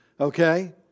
okay